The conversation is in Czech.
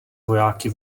vojáky